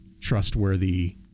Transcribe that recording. trustworthy